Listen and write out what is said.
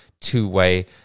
two-way